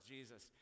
Jesus